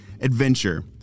adventure